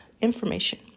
information